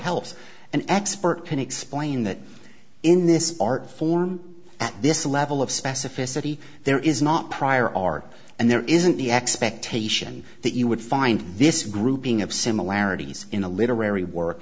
helps an expert can explain that in this art form at this level of specificity there is not prior art and there isn't the expectation that you would find this grouping of similarities in a literary work